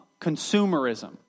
consumerism